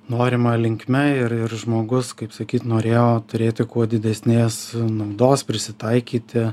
norima linkme ir ir žmogus kaip sakyt norėjo turėti kuo didesnės naudos prisitaikyti